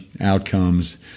outcomes